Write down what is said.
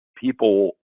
people